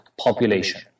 population